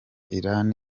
iran